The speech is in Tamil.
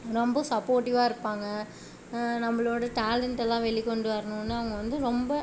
ரொம்ப சப்போர்ட்டிவாக இருப்பாங்க நம்மளோட டேலண்ட்டெல்லாம் வெளி கொண்டு வரணுனு அவங்க வந்து ரொம்ப